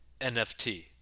NFT